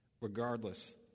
regardless